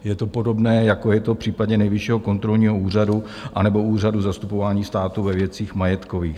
Je to podobné, jako je to v případě Nejvyššího kontrolního úřadu anebo Úřadu pro zastupování státu ve věcech majetkových.